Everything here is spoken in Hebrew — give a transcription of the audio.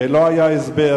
ולא היה הסבר,